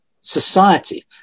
society